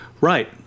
right